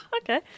Okay